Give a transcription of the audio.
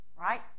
right